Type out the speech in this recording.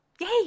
Yay